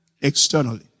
externally